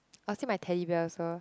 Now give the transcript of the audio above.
I will say my Teddy Bear also